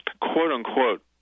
quote-unquote